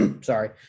sorry